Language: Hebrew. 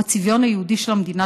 והוא הצביון היהודי של המדינה,